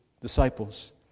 disciples